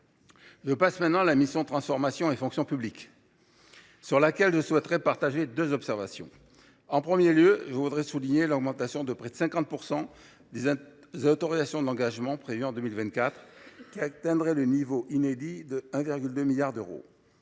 Je passe maintenant à la mission « Transformation et fonction publiques », sur laquelle je souhaiterais partager deux observations. En premier lieu, je voudrais souligner l’augmentation de près de 50 % des autorisations d’engagement prévues en 2024, qui atteindraient le niveau inédit de 1,2 milliard d’euros.